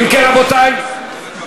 אני חוזר על הקטע, תקשיבי.